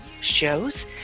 shows